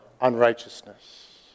unrighteousness